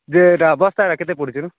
ଯେ ଏଟା ବସ୍ତାଟା କେତେ ପଡ଼ୁଛିରେ